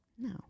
No